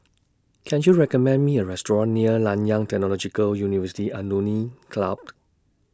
Can YOU recommend Me A Restaurant near Nanyang Technological University Alumni Club